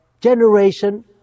generation